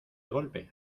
golpe